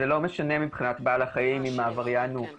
ולא משנה מבחינת בעל החיים אם העבריין הוא צדיק,